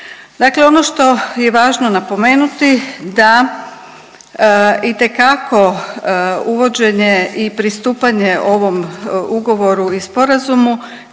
Dakle, ono što je važno napomenuti da itekako uvođenje i pristupanje ovom ugovoru i sporazumu